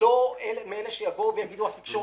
לא מאלה שיגידו שהתקשורת אשמה.